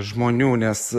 žmonių nes